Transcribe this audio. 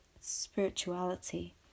spirituality